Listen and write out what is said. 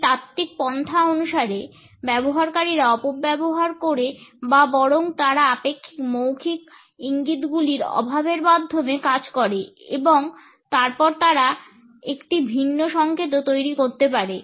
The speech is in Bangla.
এই তাত্ত্বিক পন্থা অনুসারে ব্যবহারকারীরা অপব্যবহার করে বা বরং তারা আপেক্ষিক অমৌখিক ইঙ্গিতগুলির অভাবের মাধ্যমে কাজ করে এবং তারপর তারা একটি ভিন্ন সংকেতও তৈরি করতে পারে